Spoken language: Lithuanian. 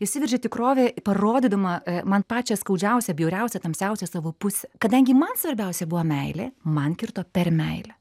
įsiveržė tikrovė parodydama man pačią skaudžiausią bjauriausią tamsiausią savo pusę kadangi man svarbiausia buvo meilė man kirto per meilę